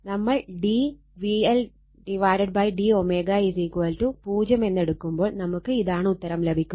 നമ്മൾ d VLd ω 0 എടുക്കുമ്പോൾ നമുക്ക് ഇതാണ് ഉത്തരം ലഭിക്കുക